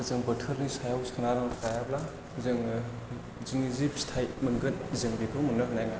जों बोथोरनि सायाव सोनाराब्ला जोङो जे फिथाय मोनगोन जों बेखौ मोननो हानाय नङा